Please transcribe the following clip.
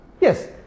Yes